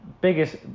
biggest